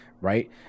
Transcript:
right